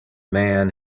man